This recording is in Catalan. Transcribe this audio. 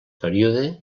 període